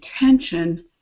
attention